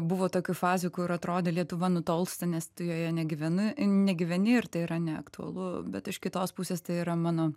buvo tokių fazių ir atrodė lietuva nutolsta nes joje negyvenu negyveni ir tai yra neaktualu bet iš kitos pusės tai yra mano